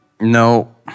No